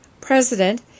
President